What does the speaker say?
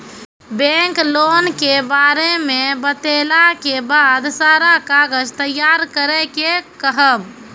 Bank loan के बारे मे बतेला के बाद सारा कागज तैयार करे के कहब?